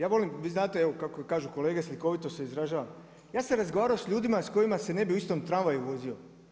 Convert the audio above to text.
Ja volim, vi znate kako kažu kolege slikovito se izražavam ja sam razgovarao sa ljudima sa kojima se u istom tramvaju vozio.